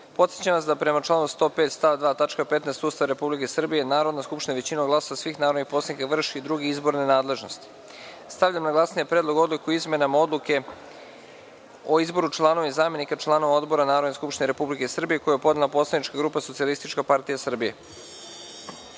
podsećam vas da, prema članu 105. stav 2. tačka 15) Ustava Republike Srbije, Narodna skupština većinom glasova svih narodnih poslanika vrši i druge izborne nadležnosti. Stavljam na glasanje Predlog odluke o izmenama Odluke o izboru članova i zamenika članova odbora Narodne skupštine Republike Srbije, koji je podnela poslanička grupa Socijalistička partija Srbije. Molim